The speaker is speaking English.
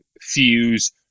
fuse